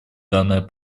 данное